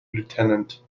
lieutenant